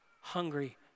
hungry